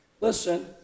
listen